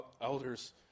elders